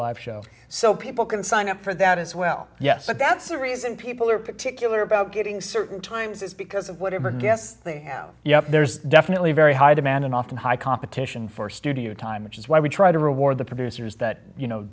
live show so people can sign up for that as well yes but that's the reason people are particular about getting certain times it's because of whatever guess they have you know there's definitely very high demand and often high competition for studio time which is why we try to reward the producers that you know